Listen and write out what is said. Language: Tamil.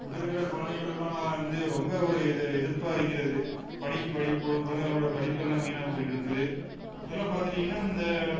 இப்போ இருக்கிற குழந்தைங்களுக்குலாம் வந்து ரொம்ப ஒரு எதிர்ப்பாக இருக்கிறது படிக்க குழந்தைங்களோட படிப்பெல்லாம் வீணாக போயிட்டு இருக்குது இதெல்லாம் பார்த்துக்கிட்டிங்கன்னா இந்த